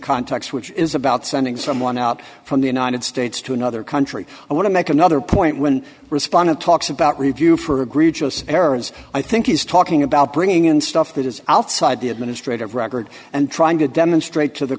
context which is about sending someone out from the united states to another country i want to make another point when respondent talks about review for agree just aarons i think he's talking about bringing in stuff that is outside the administrative record and trying to demonstrate to the